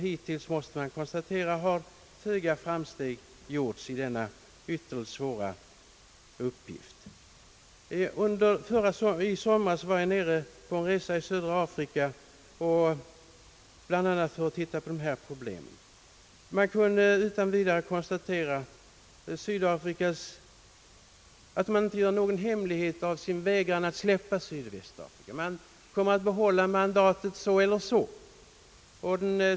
Man måste konstatera att hittills föga framsteg gjorts i denna ytterligt svåra uppgift. I somras gjorde jag en resa i södra Afrika, bl.a. för att studera raspolitikens problem. Jag kunde konstatera att man i Sydafrika inte gör någon hemlighet av sin vägran att släppa Sydvästafrika. Man vill behålla mandatet så eller så.